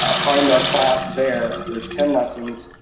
ah find our class there, there's ten lessons,